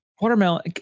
Watermelon